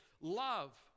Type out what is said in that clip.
Love